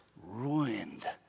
ruined